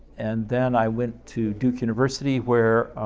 and then i went to duke university where